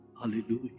Hallelujah